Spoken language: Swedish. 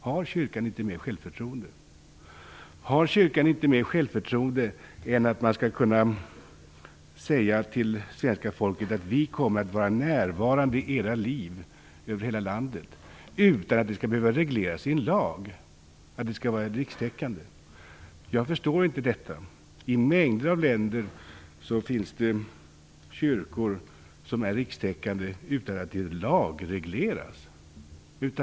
Har kyrkan inte mer självförtroende än att den skall kunna säga till svenska folket att man kommer att vara närvarande i hela landet i människornas liv utan att det skall behöva regleras i lag, dvs. att den skall vara rikstäckande? Jag förstår inte detta. I mängder av länder finns det kyrkor som är rikstäckande utan att det lagregleras.